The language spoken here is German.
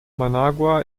managua